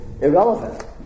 irrelevant